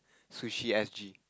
sushi S_G